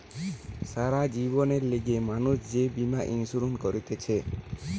সারা জীবনের লিগে মানুষ যে বীমা ইন্সুরেন্স করতিছে